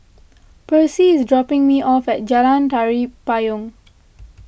Percy is dropping me off at Jalan Tari Payong